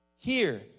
Here